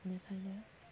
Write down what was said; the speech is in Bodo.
बेनिखायनो